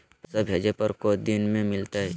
पैसवा भेजे पर को दिन मे मिलतय?